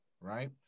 right